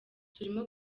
turimo